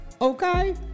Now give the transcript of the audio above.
Okay